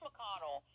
McConnell